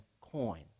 coin